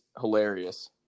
hilarious